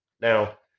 Now